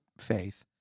faith